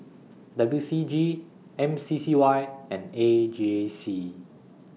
W C G M C C Y and A J C